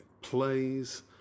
plays